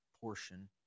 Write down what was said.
portion